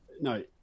no